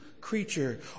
creature